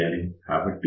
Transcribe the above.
కాబట్టి ఇప్పుడు 1out 0